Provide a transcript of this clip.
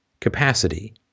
capacity